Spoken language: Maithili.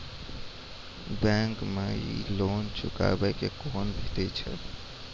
बैंक माई लोन चुकाबे के कोन बिधि छै?